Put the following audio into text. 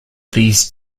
these